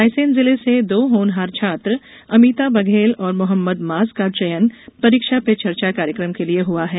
रायसेन जिले से दो होनहार छात्र अभिता बघेल और मोहम्मद माज का चयन परीक्षा पे चर्चा कार्यक्रम के लिए हुआ है